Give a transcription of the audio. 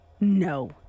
No